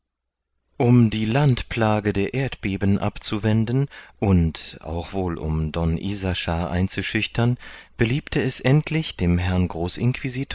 um die landplage der erdbeben abzuwenden und auch wohl um don isaschar einzuschüchtern beliebte es endlich dem herrn